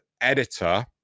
editor